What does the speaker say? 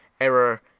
error